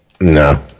no